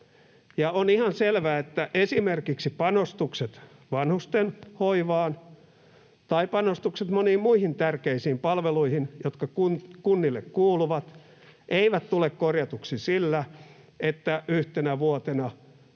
on ihan selvää, että esimerkiksi panostukset vanhustenhoivaan tai panostukset moniin muihin tärkeisiin palveluihin, jotka kunnille kuuluvat, eivät tule korjatuksi sillä, että yhtenä vuotena,